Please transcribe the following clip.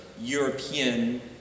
European